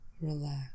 relax